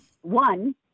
one